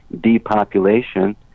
depopulation